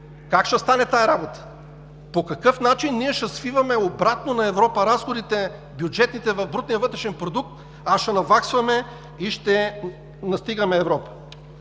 Как ще стане тази работа? По какъв начин ние ще свиваме обратно на Европа бюджетните разходи в брутния вътрешен продукт, а ще наваксваме и ще настигаме Европа?